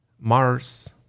Mars